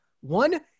One